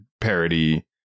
parody